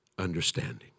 understanding